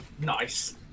Nice